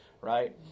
right